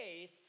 faith